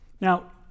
Now